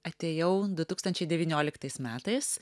atėjau du tūkstančiai devynioliktais metais